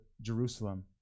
Jerusalem